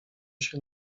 się